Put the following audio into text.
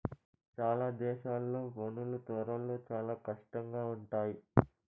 చాలా దేశాల్లో పనులు త్వరలో చాలా కష్టంగా ఉంటాయి